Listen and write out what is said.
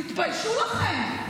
תתביישו לכם.